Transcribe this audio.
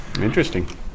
interesting